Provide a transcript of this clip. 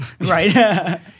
Right